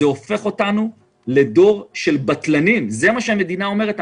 זה הופך אותנו לדור של בטלנים זה מה שהמדינה אומרת.